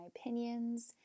opinions